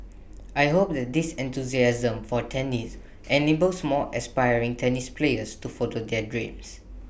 I hope that this enthusiasm for tennis enables more aspiring tennis players to follow their dreams